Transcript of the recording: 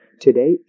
today